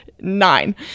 nine